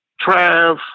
Trav